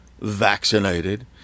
vaccinated